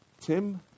Tim